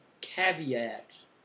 caveats